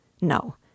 No